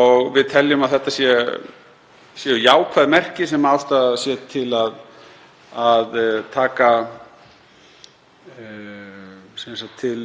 og við teljum að þetta séu jákvæð merki sem ástæða sé til að taka til